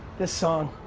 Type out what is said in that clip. this song.